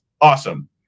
awesome